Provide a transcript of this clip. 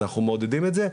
אנחנו מעודדים את זה.